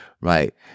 right